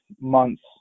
months